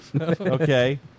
Okay